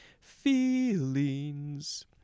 feelings